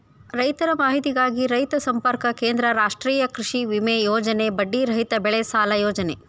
ರೈತರ ಮಾಹಿತಿಗಾಗಿ ರೈತ ಸಂಪರ್ಕ ಕೇಂದ್ರ, ರಾಷ್ಟ್ರೇಯ ಕೃಷಿವಿಮೆ ಯೋಜನೆ, ಬಡ್ಡಿ ರಹಿತ ಬೆಳೆಸಾಲ ಯೋಜನೆ